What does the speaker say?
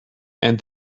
and